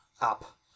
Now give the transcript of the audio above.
up